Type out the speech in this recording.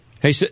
Hey